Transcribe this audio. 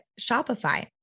Shopify